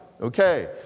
Okay